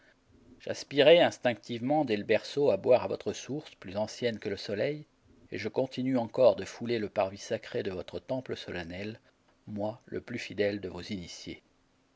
j'aspirais instinctivement dès le berceau à boire à votre source plus ancienne que le soleil et je continue encore de fouler le parvis sacré de votre temple solennel moi le plus fidèle de vos initiés